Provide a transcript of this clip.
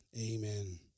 Amen